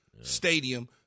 stadium